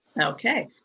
Okay